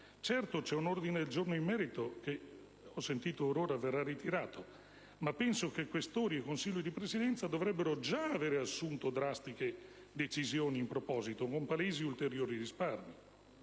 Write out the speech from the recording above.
Certo, c'è un ordine giorno in merito (che ho sentito poco fa che verrà ritirato), ma penso che Questori e Consiglio di Presidenza dovrebbero già aver assunto drastiche decisioni in proposito, con palesi ulteriori risparmi.